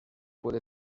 puede